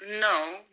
no